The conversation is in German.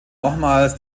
nochmals